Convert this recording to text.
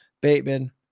Bateman